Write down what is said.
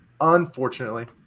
unfortunately